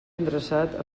endreçat